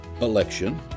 election